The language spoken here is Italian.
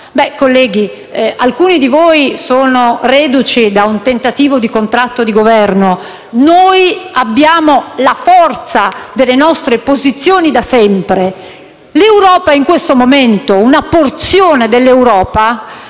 colleghi, alcuni di voi sono reduci da un tentativo di contratto di Governo, noi abbiamo la forza delle nostre posizioni da sempre: in questo momento l'Europa - una porzione dell'Europa,